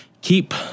keep